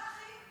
זה הזמן הכי,